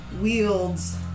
wields